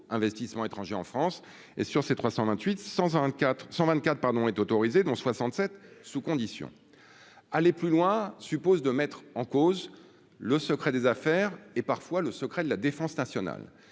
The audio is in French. investissements étrangers en France et sur ces 328 124 124 pardon est autorisée, dont 67, sous conditions, aller plus loin, suppose de mettre en cause le secret des affaires et, parfois, le secret de la défense nationale